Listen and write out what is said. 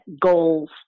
goals